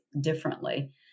differently